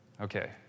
okay